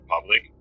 public